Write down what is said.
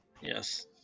Yes